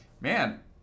Man